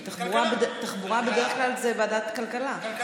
תחבורה בדרך כלל זה ועדת כלכלה.